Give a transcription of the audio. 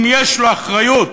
אם יש לו אחריות.